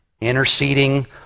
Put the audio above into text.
interceding